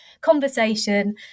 conversation